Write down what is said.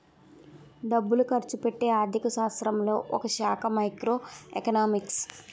డబ్బులు ఖర్చుపెట్టే ఆర్థిక శాస్త్రంలో ఒకశాఖ మైక్రో ఎకనామిక్స్